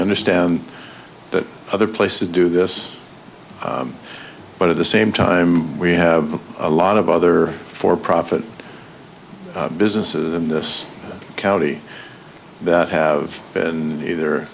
understand that other place to do this but at the same time we have a lot of other for profit businesses in this county that have been